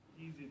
Easy